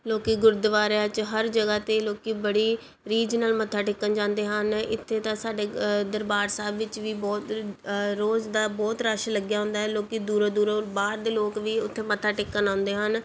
ਲੋਕ ਗੁਰਦੁਆਰਿਆਂ 'ਚ ਹਰ ਜਗ੍ਹਾ 'ਤੇ ਲੋਕ ਬੜੀ ਰੀਝ ਨਾਲ ਮੱਥਾ ਟੇਕਣ ਜਾਂਦੇ ਹਨ ਇੱਥੇ ਤਾਂ ਦਰਬਾਰ ਸਾਹਿਬ ਵਿੱਚ ਵੀ ਬਹੁਤ ਰੋਜ਼ ਦਾ ਬਹੁਤ ਰਸ਼ ਲੱਗਿਆ ਹੁੰਦਾ ਲੋਕ ਦੂਰੋਂ ਦੂਰੋਂ ਬਾਹਰ ਦੇ ਲੋਕ ਵੀ ਉੱਥੇ ਮੱਥਾ ਟੇਕਣ ਆਉਂਦੇ ਹਨ